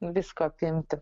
visko apimti